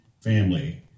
family